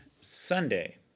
Sunday